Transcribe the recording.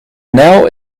nijl